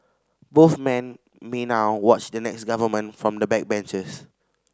both men may now watch the next government from the backbenches